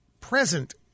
present